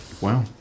Wow